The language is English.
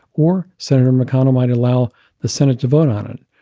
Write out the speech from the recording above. or senator mcconnell might allow the senate to vote on it.